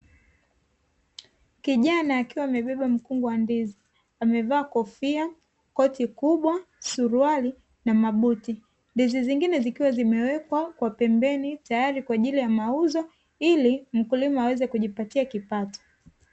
Kijana akiwa amebeba mkungu wa ndizi amevaa kofia, koti kubwa, suruali na mabuti. Ndizi zingine zikiwa zimewekwa kwa pemebeni tayari kwa ajili ya mauzo, ili mkulima aweze kujipatia kipato.